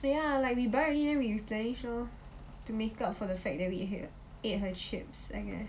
ya like we buy already then we replenish lor to make up for the fact that we ate her chips I guess